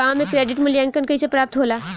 गांवों में क्रेडिट मूल्यांकन कैसे प्राप्त होला?